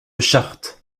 charte